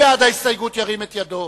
ירים את ידו.